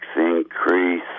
increase